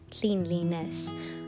cleanliness